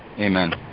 Amen